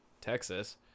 texas